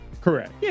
Correct